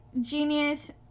genius